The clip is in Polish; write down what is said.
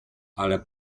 ale